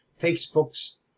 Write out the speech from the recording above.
Facebook's